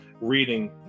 reading